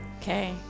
Okay